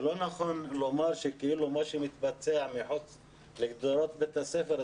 זה לא נכון לומר שמה שמתבצע מחוץ לגדרות בית הספר,